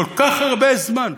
כל כך הרבה זמן.